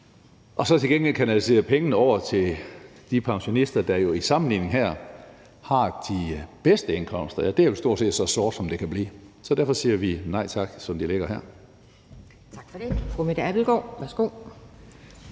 og så til gengæld kanalisere pengene over til de pensionister, der jo i sammenligning her har de bedste indkomster, er jo stort set så sort, som det kan blive. Så derfor siger vi nej tak, som det ligger her.